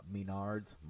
Menards